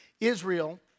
Israel